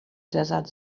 desert